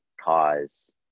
cause